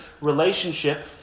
relationship